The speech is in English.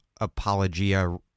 apologia